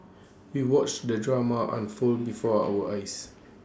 we watched the drama unfold before our eyes